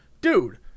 dude